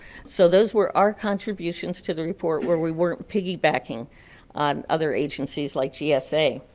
so those were our contributions to the report where we weren't piggybacking on other agencies like gsa.